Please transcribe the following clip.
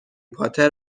پاتر